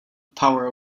power